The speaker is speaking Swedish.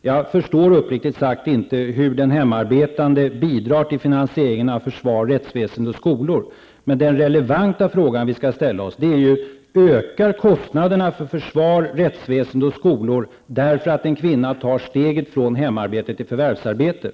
Jag förstår uppriktigt sagt inte hur den hemarbetande bidrar till finansieringen av försvar, rättsväsende och skolor. Men den relevanta frågan vi skall ställa oss är: Ökar kostnaderna för försvar, rättsväsende och skolor därför att en kvinna tar steget från hemarbete till förvärvsarbete?